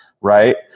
right